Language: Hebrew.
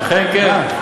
אכן כן.